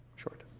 short.